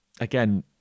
again